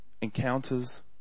encounters